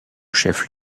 chef